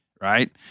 Right